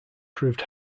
proved